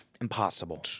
impossible